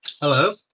hello